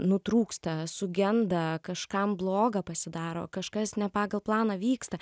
nutrūksta sugenda kažkam bloga pasidaro kažkas ne pagal planą vyksta